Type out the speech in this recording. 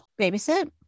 babysit